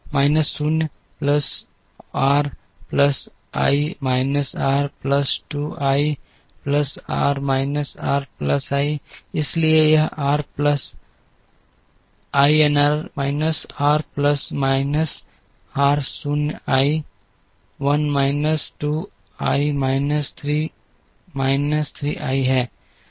minus 0 plus R plus I minus R plus 2 I plus R minus R plus I इसलिए यह R plus INR minus R plus minus R 0 I 1 minus 2 I minus 3 minus 3 I है